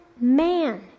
man